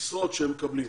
המשרות שהם מקבלים.